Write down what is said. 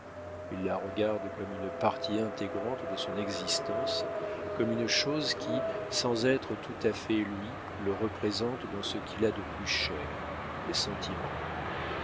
il la regarde comme une partie intégrante de son existence comme une chose qui sans être tout à fait lui le représente dans ce qu'il a de plus cher les sentiments